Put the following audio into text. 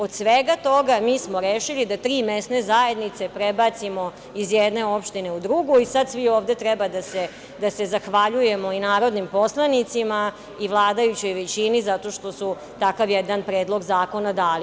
Od svega toga mi smo rešili da tri mesne zajednice prebacimo iz jedne opštine u drugu i sad svi ovde treba da se zahvaljujemo i narodnim poslanicima i vladajućoj većini zato što su takav jedan predlog zakona dali.